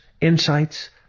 insights